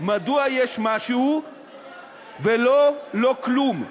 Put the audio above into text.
מדוע יש משהו ולא לא-כלום.